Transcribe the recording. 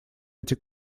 эти